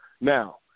Now